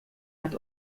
hat